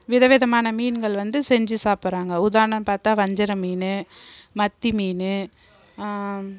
விதவிதமான மீன்கள் வந்து செஞ்சு சாப்பிடுறாங்க உதாரணம் பாத்தா வஞ்சிரம் மீன் மத்தி மீன்